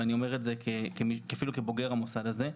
ואני אומר את זה אפילו כבוגר המוסד הזה.